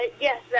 Yes